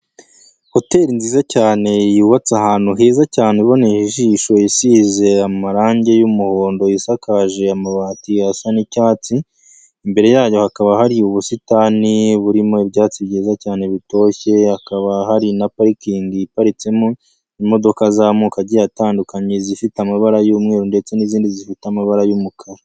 Hoteri nziza cyane, yubatse ahantu heza cyane iboneye ijisho isize amarangi y'umuhondo yisakaje amabati asa ni'icyatsi, imbere yayo hakaba hari ubusitani burimo ibyatsi byiza cyane bitoshye, hakaba hari na parikingi iparitsemo imodoka z'amoko agiye atandukanye izifite amabara y'umweru ndetse n'izindi zifite amabara y'umukara.